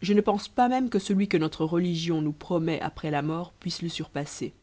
je ne pense pas même que celui que notre religion nous promet après la mort puisse le surpasser